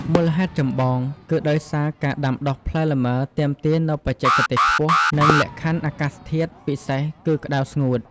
មូលហេតុចម្បង គឺដោយសារការដាំដុះផ្លែលម៉ើទាមទារនូវបច្ចេកទេសខ្ពស់ និងលក្ខខណ្ឌអាកាសធាតុពិសេសគឺ ក្តៅស្ងួត។